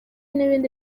n’ibindi